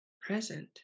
present